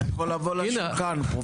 הוא יכול לבוא לשולחן.